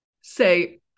say